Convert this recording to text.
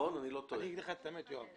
אני אגיד לך את האמת, יואב.